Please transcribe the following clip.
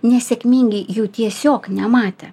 nesėkmingi jų tiesiog nematė